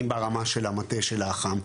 אם ברמה של המטה של האח"מ,